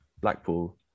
Blackpool